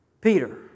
Peter